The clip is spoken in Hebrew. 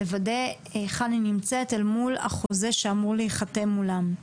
אני רוצה לוודא היכן היא נמצאת מול החוזה שאמור להיחתם מולם.